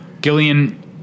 Gillian